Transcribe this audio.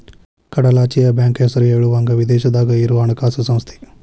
ಕಡಲಾಚೆಯ ಬ್ಯಾಂಕ್ ಹೆಸರ ಹೇಳುವಂಗ ವಿದೇಶದಾಗ ಇರೊ ಹಣಕಾಸ ಸಂಸ್ಥೆ